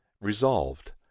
resolved